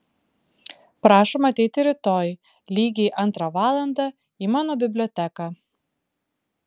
prašom ateiti rytoj lygiai antrą valandą į mano biblioteką